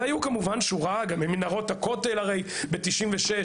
היו גם את מנהרות הכותל ב-1996,